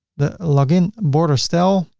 the login border style,